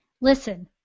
Listen